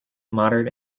modern